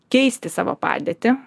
keisti savo padėtį